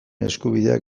eskubideak